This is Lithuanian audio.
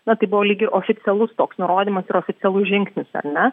na tai buvo lyg ir oficialus toks nurodymas ir oficialus žingsnis ar ne